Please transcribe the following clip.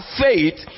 faith